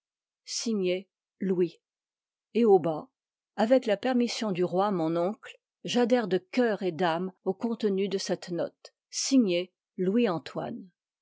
signé louis et au bas avec la permission du roi mon oncle j'adhère de cœur et d'âme au contenu de cette note signée louis antoine